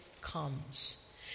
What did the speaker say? comes